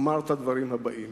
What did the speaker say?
אמר את הדברים הבאים: